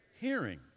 hearing